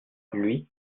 lui